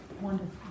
Wonderful